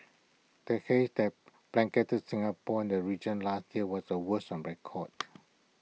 the haze that blanketed Singapore the region last year was the worst on record